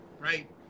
right